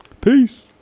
Peace